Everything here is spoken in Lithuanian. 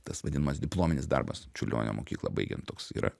tas vadinamas diplominis darbas čiurlionio mokyklą baigiant toks yra